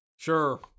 Sure